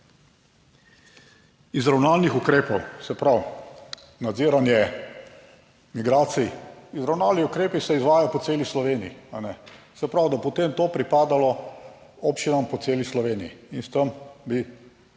izravnalnih ukrepov, se pravi nadziranje migracij, izravnalni ukrepi se izvajajo po celi Sloveniji. Se pravi, da bo potem to pripadalo občinam po celi Sloveniji in s tem bi